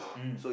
mm